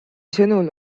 sõnul